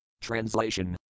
Translation